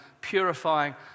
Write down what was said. purifying